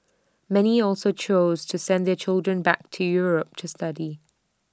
many also chose to send their children back to Europe to study